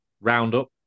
Roundup